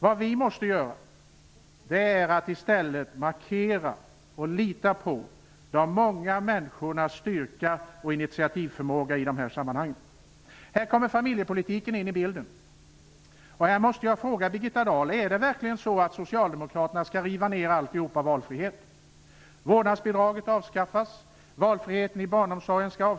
Vad vi måste göra är att i stället markera och lita på de många människornas styrka och initiativförmåga i de här sammanhangen. Här kommer familjepolitiken in i bilden. Jag måste fråga Birgitta Dahl: Skall Socialdemokraterna verkligen riva ner hela valfriheten, avskaffa vårdnadsbidraget och avskaffa valfriheten i barnomsorgen?